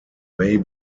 may